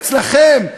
אצלכם,